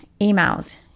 emails